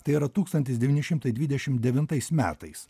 tai yra tūkstantis devyni šimtai dvidešim devintais metais